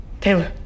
taylor